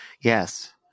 Yes